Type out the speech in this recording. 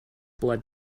blood